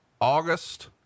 August